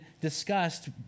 discussed